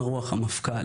מה רוח המפכ"ל?